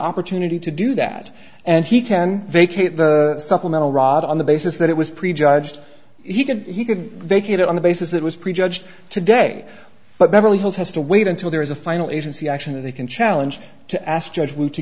opportunity to do that and he can vacate the supplemental rod on the basis that it was prejudged he could he could take it on the basis that was prejudged today but beverly hills has to wait until there is a final agency action that they can challenge to